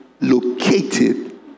located